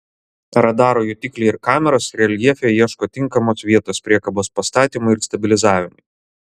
radaro jutikliai ir kameros reljefe ieško tinkamos vietos priekabos pastatymui ir stabilizavimui